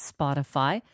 Spotify